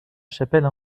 chapelle